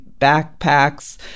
backpacks